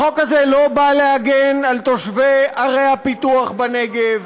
החוק הזה לא בא להגן על תושבי ערי הפיתוח בנגב,